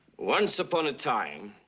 once upon a time,